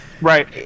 Right